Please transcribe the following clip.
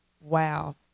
wow